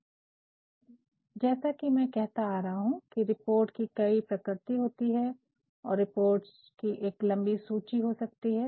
अब जैसा की मैं कहता आ रहा हूँ कि रिपोर्ट कि कई प्रकृति होती है और रिपोर्ट्स कि एक लम्बी सूची हो सकती है